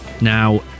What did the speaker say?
Now